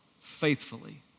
faithfully